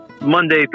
Monday